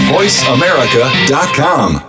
VoiceAmerica.com